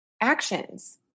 actions